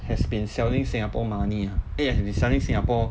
has been selling singapore money ah eh has been selling singapore